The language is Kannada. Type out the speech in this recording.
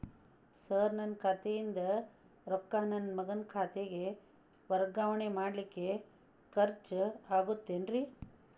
ಸರ್ ನನ್ನ ಖಾತೆಯಿಂದ ರೊಕ್ಕ ನನ್ನ ಮಗನ ಖಾತೆಗೆ ವರ್ಗಾವಣೆ ಮಾಡಲಿಕ್ಕೆ ಖರ್ಚ್ ಆಗುತ್ತೇನ್ರಿ?